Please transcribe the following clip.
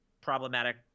problematic